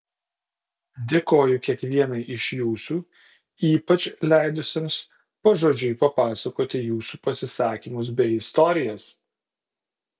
dėkoju kiekvienai iš jūsų ypač leidusioms pažodžiui papasakoti jūsų pasisakymus bei istorijas